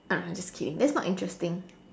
uh just kidding that's not interesting